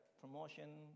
promotion